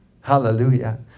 Hallelujah